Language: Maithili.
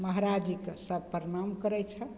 महराज जीके सब प्रणाम करय छनि